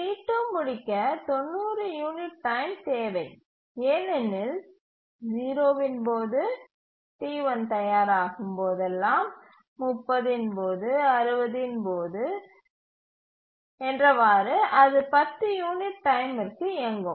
T2 முடிக்க 90 unit time தேவை ஏனெனில் 0 இன் போது T1 தயாராகும் போதெல்லாம் 30 இன் போது 60 இன் போது அது 10 யூனிட் டைமிற்கு இயங்கும்